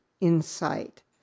insight